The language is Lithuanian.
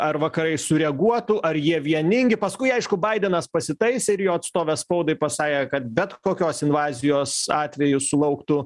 ar vakarai sureaguotų ar jie vieningi paskui aišku baidenas pasitaisė ir jo atstovė spaudai pasakė kad bet kokios invazijos atveju sulauktų